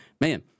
man